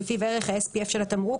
שלפיו ערך ה-SPF של התמרוק,